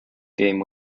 game